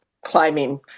climbing